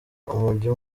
umujyo